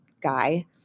guy